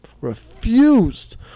Refused